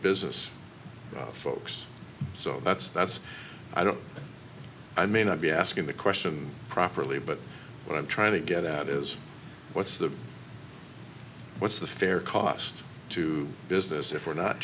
business folks so that's that's i don't i may not be asking the question properly but what i'm trying to get at is what's the what's the fair cost to business if we're not